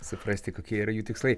suprasti kokie yra jų tikslai